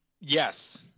Yes